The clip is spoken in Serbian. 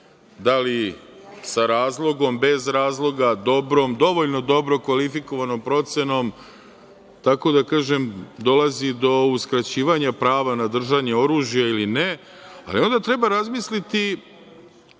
da li sa razlogom, bez razloga, dobrom, dovoljno dobro kvalifikovanom procenom, tako da kažem dolazi do uskraćivanja prava na držanje oružja ili ne, ali onda treba razmisliti